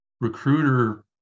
recruiter